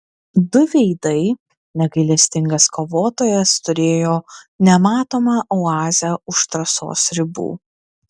du veidai negailestingas kovotojas turėjo nematomą oazę už trasos ribų